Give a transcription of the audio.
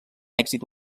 èxit